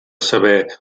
saber